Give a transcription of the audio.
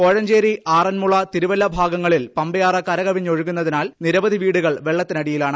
കോഴഞ്ചേരി ആറൻമുള തിരുവല്ല ഭാഗങ്ങളിൽ പമ്പയാറ് കരകവിഞ്ഞൊഴുകുന്നതിനാൽ നിരവധി വീടുകൾ വെള്ളത്തിനടിയിലാണ്